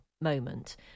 moment